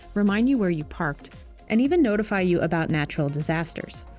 remind you where you parked and even notify you about natural disasters.